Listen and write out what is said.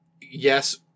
yes